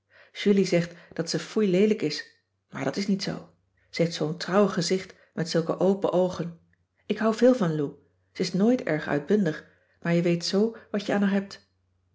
julie zegt dat ze foei leelijk is maar dat is niet zoo ze heeft zoo'n trouw gezicht met zulke open oogen ik houd veel van lou ze is nooit erg uitbundig maar je weet zoo wat je aan haar hebt